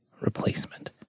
replacement